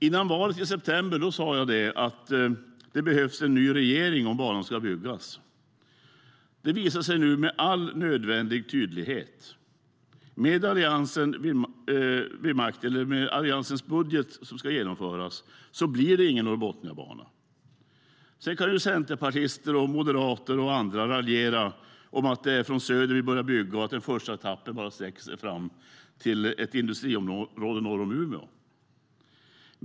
Före valet i september sa jag att det behövs en ny regering om banan ska byggas. Det visar sig nu med all nödvändig tydlighet. Med Alliansen vid makten, eller Alliansens budget som ska genomföras, blir det ingen Norrbotniabana. Sedan kan ju centerpartister, moderater och andra raljera om att det är från söder vi börjar bygga och den första etappen bara sträcker sig fram till ett industriområde norr om Umeå.